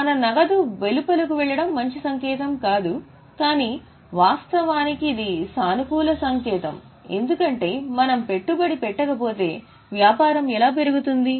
మన నగదు వెలుపల వెళ్ళడం మంచి సంకేతం కాదు కానీ వాస్తవానికి ఇది సానుకూల సంకేతం ఎందుకంటే మనం పెట్టుబడి పెట్టకపోతే వ్యాపారం ఎలా పెరుగుతుంది